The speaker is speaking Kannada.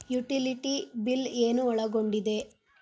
ಯುಟಿಲಿಟಿ ಬಿಲ್ ಏನು ಒಳಗೊಂಡಿದೆ?